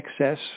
excess